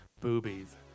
Boobies